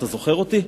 אתה זוכר אותי?